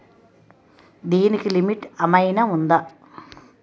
దీనికి లిమిట్ ఆమైనా ఉందా?